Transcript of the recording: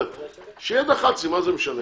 שיהיה דח"צים מה זה משנה.